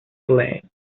slain